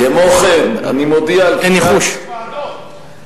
חמש ועדות.